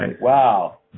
Wow